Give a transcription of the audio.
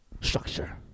Structure